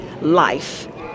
life